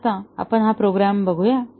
तर आपण हा प्रोग्रॅम पाहूया